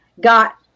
got